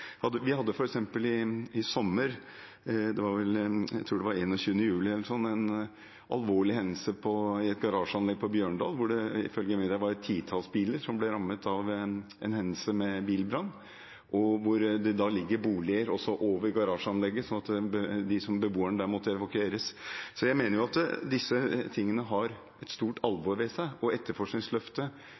Vi hadde f.eks. i sommer – jeg tror det var 21. juli – en alvorlig hendelse i et garasjeanlegg på Bjørndal, hvor det ifølge media var et titall biler som ble rammet av en bilbrann. Det ligger også boliger over garasjeanlegget, så beboerne der måtte evakueres. Jeg mener at disse tingene har et stort alvor ved seg. Etterforskningsløftet skulle jo innebære økt kvalitet og